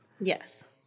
Yes